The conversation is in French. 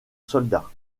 soldats